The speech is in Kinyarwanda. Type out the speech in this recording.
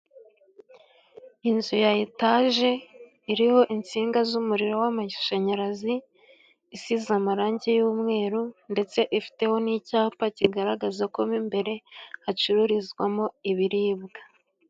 Inzu ya etaje iriho insinga z'umuriro w'amashanyarazi，isize amarangi y'umweru， ndetse ifiteho n'icyapa kigaragaza ko mo imbere， hacururizwamo ibiribwa.